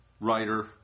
writer